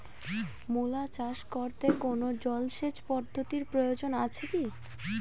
মূলা চাষ করতে কোনো জলসেচ পদ্ধতির প্রয়োজন আছে কী?